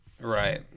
Right